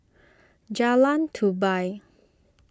Jalan Tupai